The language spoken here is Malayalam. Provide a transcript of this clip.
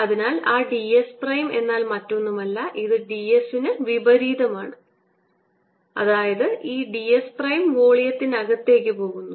അതിനാൽ ആ ds പ്രൈം മറ്റൊന്നുമല്ല ഇത് ds ന് വിപരീതമാണ് അതായത് ഈ ds പ്രൈം വോളിയത്തിനകത്തേക്ക് പോകുന്നു